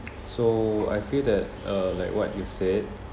so I feel that uh like what you said